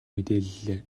мэдээллээ